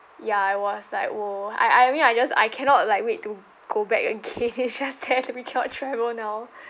ya I was like !whoa! I I mean I just I cannot like wait to go back again it's just sad that we cannot travel now